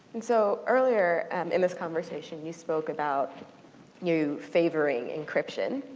and so, earlier and in this conversation, you spoke about you favoring encryption.